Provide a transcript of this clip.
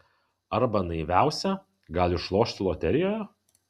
arba naiviausia gal išlošti loterijoje